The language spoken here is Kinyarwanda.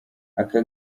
aka